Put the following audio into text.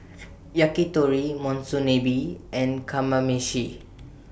Yakitori Monsunabe and Kamameshi